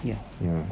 ya